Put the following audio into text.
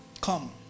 come